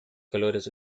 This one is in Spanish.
colores